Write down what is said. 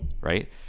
Right